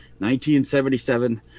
1977